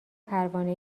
پروانه